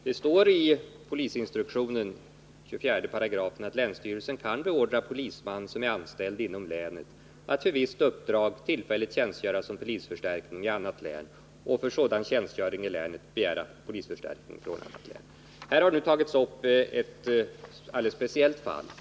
Det står i polisinstruktionens 24 §: ”Länsstyrelsen kan beordra polisman som är anställd inom länet, att för visst uppdrag tillfälligt tjänstgöra som polisförstärkning i annat län och för sådan tjänstgöring i länet begära polisförstärkning från annat län.” Här har nu tagits upp ett alldeles speciellt fall.